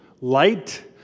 light